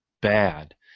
bad